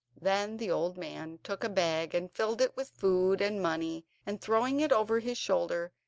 then the old man took a bag and filled it with food and money, and throwing it over his shoulders,